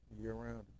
year-round